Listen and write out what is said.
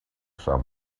some